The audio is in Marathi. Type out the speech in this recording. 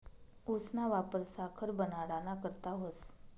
ऊसना वापर साखर बनाडाना करता व्हस